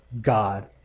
God